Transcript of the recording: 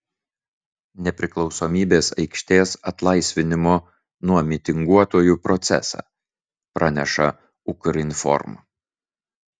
nepriklausomybės aikštės atlaisvinimo nuo mitinguotojų procesą praneša ukrinform